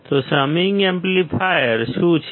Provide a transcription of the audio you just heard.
તો summing amplifier શું છે